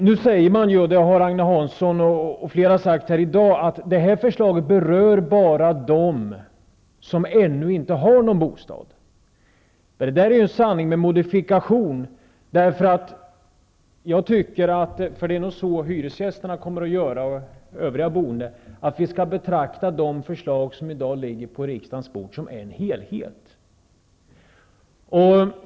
I dag har Agne Hansson och flera andra sagt att förslaget berör bara dem som ännu inte har någon bostad, men det är en sanning med modifikation. Jag tycker, och det gör nog också hyresgästerna och övriga boende, att vi skall betrakta det förslag som i dag ligger på riksdagens bord som en helhet.